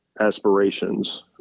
aspirations